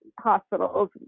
hospitals